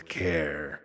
care